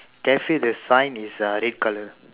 cafe the sign is uh red colour